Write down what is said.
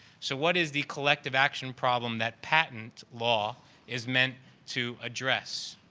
so, what is the collective action problem that patent law is meant to address?